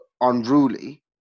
unruly